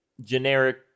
generic